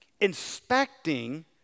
inspecting